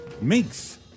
minks